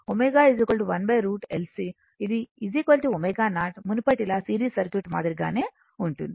కాబట్టి ω 1 √ L C ఇది ω0 మునుపటిలా సిరీస్ సర్క్యూట్ మాదిరిగానే ఉంటుంది